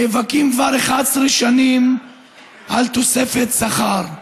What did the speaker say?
נאבקים כבר 11 שנים על תוספת שכר.